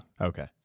Okay